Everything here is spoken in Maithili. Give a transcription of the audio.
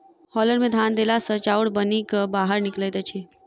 हौलर मे धान देला सॅ चाउर बनि क बाहर निकलैत अछि